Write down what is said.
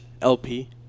LP